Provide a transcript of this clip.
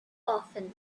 often